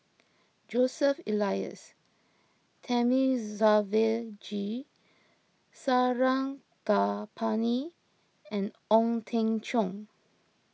Joseph Elias Thamizhavel G Sarangapani and Ong Teng Cheong